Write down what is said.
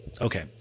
Okay